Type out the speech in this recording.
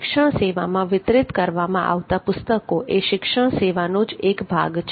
શિક્ષણ સેવામાં વિતરિત કરવામાં આવતા પુસ્તકો એ શિક્ષણ સેવાનો જ એક ભાગ છે